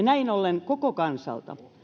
näin ollen koko kansalta